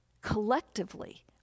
collectively